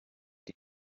die